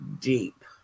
deep